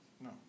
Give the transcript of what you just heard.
No